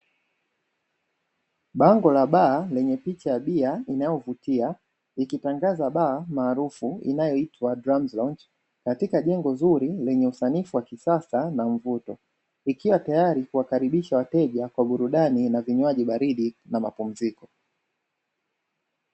Bango la baa lenye picha ya bia inayovutia ikitangaza baa maarufu inayoitwa dramzi lonji katika jengo zuri lenye usanifu wa kisasa na mvuto ikiwa tayari kuwakaribisha wateja kwa burudani na vinywaji baridi na mapumziko.